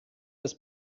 ist